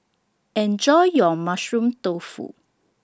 Enjoy your Mushroom Tofu